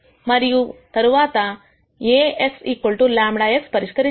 మరియు తరువాత Ax λ x పరిష్కరించవచ్చు